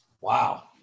Wow